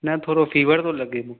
न थोरो फीवर थो लॻे मूंखे